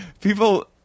people